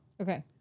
okay